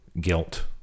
guilt